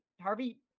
Harvey